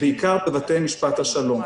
בעיקר בבתי משפט השלום.